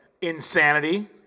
Insanity